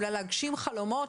אולי להגשים חלומות,